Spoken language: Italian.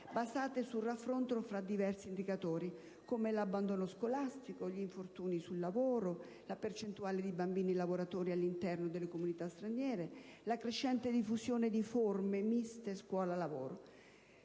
basate sul raffronto fra diversi indicatori, come l'abbandono scolastico, gli infortuni sul lavoro, la percentuale di bambini lavoratori all'interno delle comunità straniere, la crescente diffusione di forme miste scuola-lavoro.